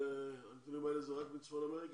הנתונים האלה הם רק מצפון אמריקה?